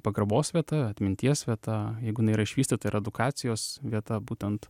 pagarbos vieta atminties vieta jeigu jinai yra išvystyta ir edukacijos vieta būtent